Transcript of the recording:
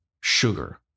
sugar